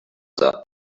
where